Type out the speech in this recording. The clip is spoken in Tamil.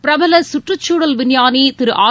பிரபல குற்றுச்சூழல் விஞ்ஞாளி திரு ஆர்